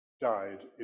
died